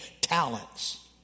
talents